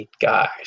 guys